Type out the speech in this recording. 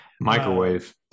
microwave